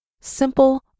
Simple